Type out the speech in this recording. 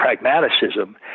pragmatism